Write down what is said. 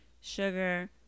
sugar